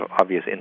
obvious